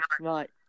Right